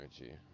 energy